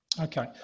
Okay